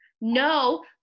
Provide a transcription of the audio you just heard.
No